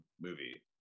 movie